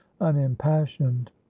unimpassioned